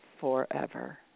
forever